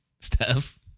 steph